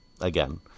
again